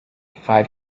five